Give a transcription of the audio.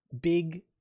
big